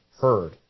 heard